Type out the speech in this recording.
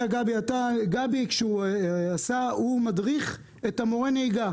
גבי מדריך את מורי הנהיגה,